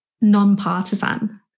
non-partisan